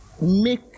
Make